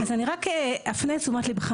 אז אני רק אפנה את תשומת ליבך,